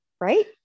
right